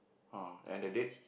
(huh) and the date